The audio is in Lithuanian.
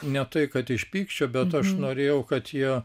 ne tai kad iš pykčio bet aš norėjau kad jie